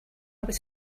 was